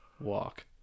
walk